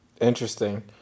Interesting